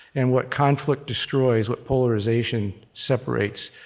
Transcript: and what conflict destroys, what polarization separates,